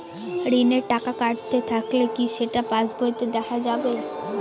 ঋণের টাকা কাটতে থাকলে কি সেটা পাসবইতে দেখা যাবে?